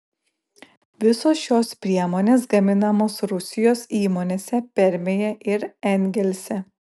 visos šios priemonės gaminamos rusijos įmonėse permėje ir engelse